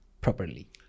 properly